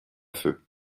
feu